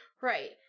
Right